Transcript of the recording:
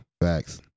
Facts